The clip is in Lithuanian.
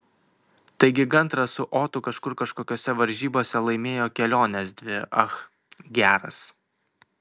taigi gandras su otu kažkur kažkokiose varžybose laimėjo keliones dvi ach geras